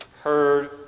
heard